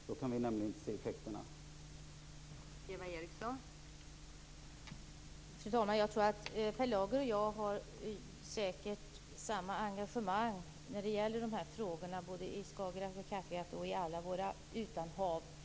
Utan den kan vi inte se effekterna till havs.